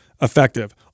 effective